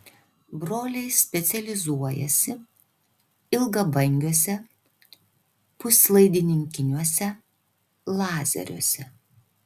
broliai specializuojasi ilgabangiuose puslaidininkiniuose lazeriuose